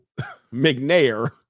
McNair